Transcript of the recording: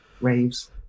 raves